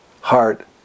heart